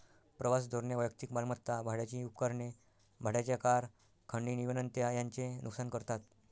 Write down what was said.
प्रवास धोरणे वैयक्तिक मालमत्ता, भाड्याची उपकरणे, भाड्याच्या कार, खंडणी विनंत्या यांचे नुकसान करतात